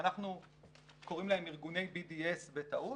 שאנחנו קוראים להם ארגוני BDS בטעות,